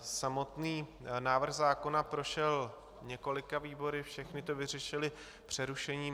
Samotný návrh zákona prošel několika výbory, všechny to vyřešily přerušením.